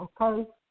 okay